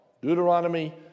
Deuteronomy